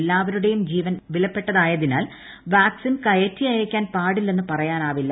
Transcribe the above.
എല്ലാവരുടേയും ജീവൻ വിലപ്പെട്ടതായതിനാൽ വാക്സിൻ കയറ്റിഅയക്കാൻ പാടില്ലെന്ന് പറയാനാവില്ല